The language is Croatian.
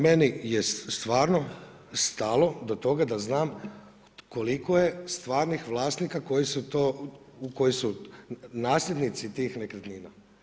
Meni je stvarno stalo do toga da znam koliko je stvarnih vlasnika koji su to, koji su nasljednici tih nekretnina.